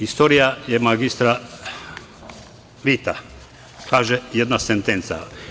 Istorija je magistra vita, kaže jedna sentenca.